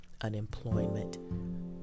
unemployment